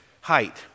height